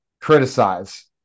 criticize